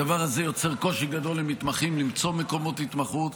הדבר הזה יוצר קושי גדול למתמחים למצוא מקומות התמחות.